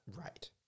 Right